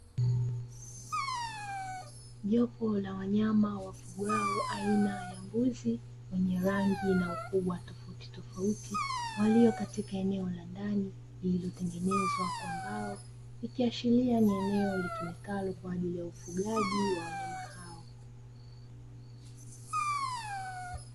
Jopo la wanyama wafugwao aina ya mbuzi wenye rangi na ukubwa tofautitofauti, walio katika eneo la ndani lililotengenezwa kwa mbao ikiashiria ni eneo litumikalo kwa ajili ya ufugaji wa wanyama hao.